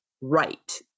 right